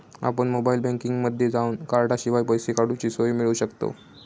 आपण मोबाईल बँकिंगमध्ये जावन कॉर्डशिवाय पैसे काडूची सोय मिळवू शकतव